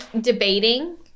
debating